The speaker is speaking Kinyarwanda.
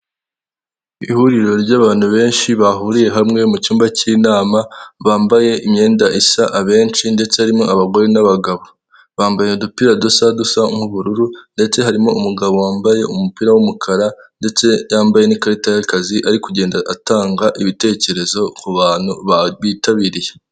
Ihuriro ry'abantu benshi bahuriye hamwe mu cyumba cy'inama, bambaye imyenda isa abenshi ndetse harimo abagore n'abagabo, bambaye udupira dusa dusa nk'ubururu ndetse harimo umugabo wambaye umupira w'umukara ndetse yambaye n'ikarita y'akazi ari kugenda atanga ibitekerezo ku bantu bitabiriye.